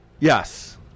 Yes